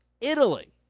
Italy